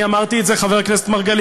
אני אמרתי את זה, חבר הכנסת מרגלית?